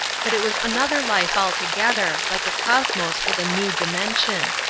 but it was another life altogether, like a cosmos with a new dimension.